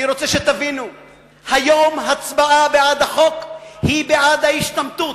אני רוצה שתבינו שהיום הצבעה בעד החוק היא בעד ההשתמטות.